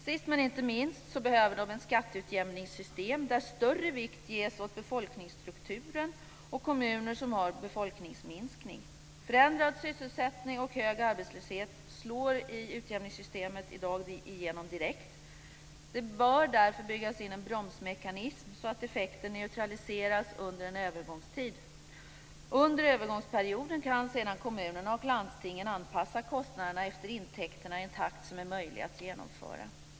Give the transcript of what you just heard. Sist men inte minst behöver de ett skatteutjämningssystem där större vikt läggs på befolkningsstrukturen och kommuner som har befolkningsminskning. Förändrad sysselsättning och hög arbetslöshet slår i dag igenom direkt i utjämningssystemet. Det bör därför byggas in en bromsmekanism, så att effekten neutraliseras under en övergångstid. Under övergångsperioden kan sedan kommunerna och landstingen anpassa kostnaderna efter intäkterna i en takt som är möjlig att genomföra.